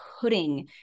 putting